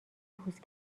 پوست